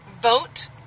vote